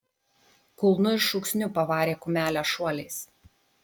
kulnu ir šūksniu pavarė kumelę šuoliais